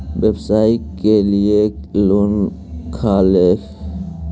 व्यवसाय के लिये लोन खा से ले?